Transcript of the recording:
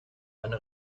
eine